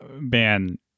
man